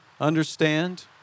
understand